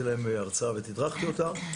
--- נתתי להם הרצאה ותדרכתי אותם.